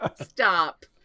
stop